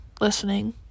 listening